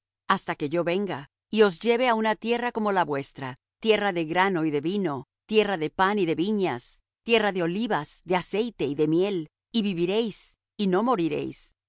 hasta que yo venga y os lleve á una tierra como la vuestra tierra de grano y de vino tierra de pan y de viñas tierra de olivas de aceite y de miel y viviréis y no moriréis